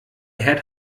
head